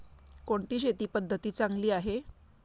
कोणती शेती पद्धती चांगली आहे?